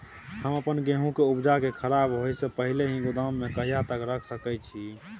हम अपन गेहूं के उपजा के खराब होय से पहिले ही गोदाम में कहिया तक रख सके छी?